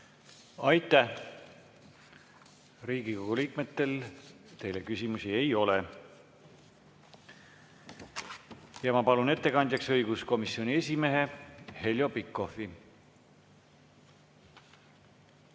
Aitäh! Riigikogu liikmetel teile küsimusi ei ole. Ma palun ettekandjaks õiguskomisjoni esimehe Heljo Pikhofi.